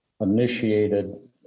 initiated